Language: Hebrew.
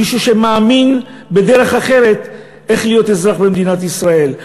מישהו שמאמין בדרך אחרת להיות אזרח במדינת ישראל.